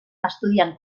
estudiant